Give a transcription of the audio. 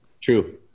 True